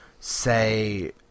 say